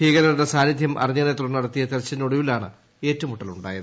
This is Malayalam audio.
ഭീകരരുടെ സാന്നിധ്യം അറിഞ്ഞതിനെ തുടർന്ന് നടത്തിയ തെരച്ചിലിനൊടുവിലാണ് ഏറ്റുമുട്ടലുണ്ടായത്